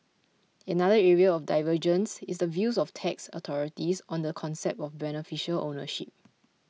another area of divergence is the views of tax authorities on the concept of beneficial ownership